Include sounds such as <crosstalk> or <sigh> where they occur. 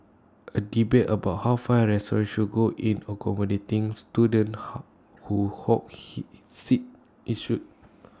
A debate about how far A restaurants should go in accommodating students <unintelligible> who hog he seats ensued